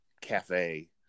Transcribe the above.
cafe